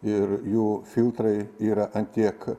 ir jų filtrai yra ant tiek